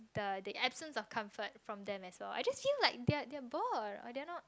the the absence of comfort from them as all I just feel like they're they're bored or they're not